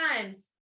times